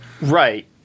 right